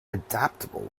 adaptable